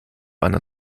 einer